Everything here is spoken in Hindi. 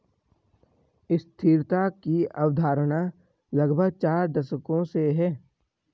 स्थिरता की अवधारणा लगभग चार दशकों से है